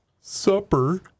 supper